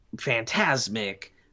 phantasmic